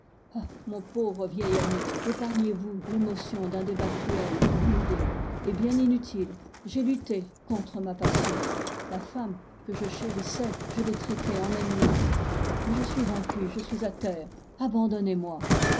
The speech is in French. mon pauvre vieil ami épargnez-vous l'émotion d'un débat cruel pour nous deux et bien inutile j'ai lutté contre ma passion la femme que je chérissais je l'ai traitée en ennemie mais je suis vaincu je suis à terre abandonnez moi